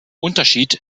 unterschied